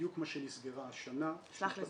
בדיוק כמו שנסגרה השנה --- סלח לי,